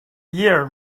year